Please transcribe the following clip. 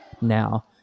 now